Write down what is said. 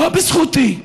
לא בזכותי,